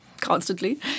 Constantly